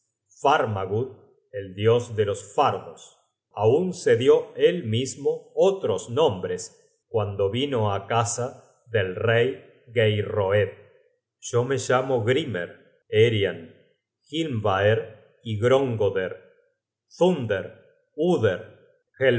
farmagud el dios de los fardos aun se dió él mismo otros nombres cuando vino á casa del rey geirroed yo me llamo grimer herian hielmbaere y gongroder thuder uder